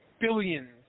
Billions